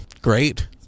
Great